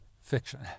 fiction